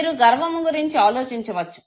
మీరు గర్వము గురించి ఆలోచించవచ్చు